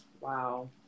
Wow